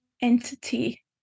entity